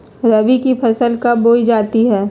रबी की फसल कब बोई जाती है?